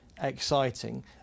exciting